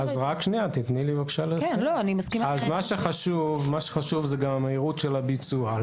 מה חשוב זה גם המהירות של הביצוע.